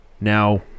Now